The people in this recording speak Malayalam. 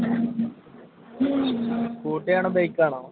സ്കൂട്ടിയ ആണോ ബൈക്ക് ആണോ